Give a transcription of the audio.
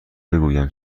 بگویم